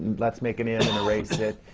let's make an n and erase it,